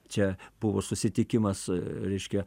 čia buvo susitikimas reiškia